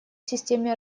системе